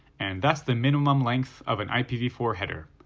and that's the minimum length of an i p v four header.